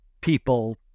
people